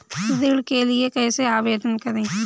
ऋण के लिए कैसे आवेदन करें?